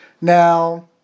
Now